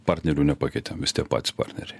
partnerių nepakeitėm vis tiek patys partneriai